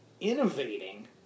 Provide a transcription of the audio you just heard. innovating